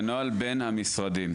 זה נוהל בין המשרדים.